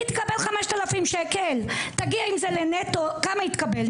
היא תקבל 5,000 שקל אם זה נטו, כמה היא תקבל?